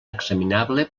examinable